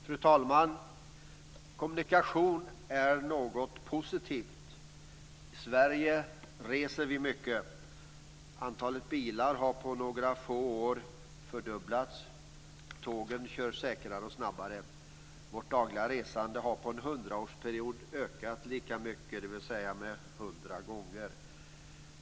Fru talman! Kommunikation är något positivt. I Sverige reser vi mycket. Antalet bilar har på några få år fördubblats. Tågen kör säkrare och snabbare. Vårt dagliga resande har på en hundraårsperiod ökat lika mycket, dvs. hundra gånger.